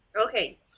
Okay